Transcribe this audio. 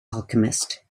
alchemist